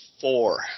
four